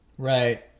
Right